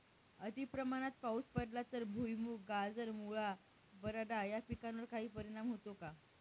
अतिप्रमाणात पाऊस पडला तर भुईमूग, गाजर, मुळा, बटाटा या पिकांवर काही परिणाम होतो का?